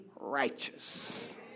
righteous